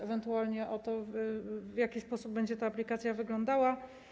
Ewentualnie w jaki sposób będzie ta aplikacja wyglądała?